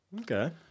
Okay